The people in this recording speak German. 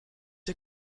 ihr